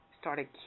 started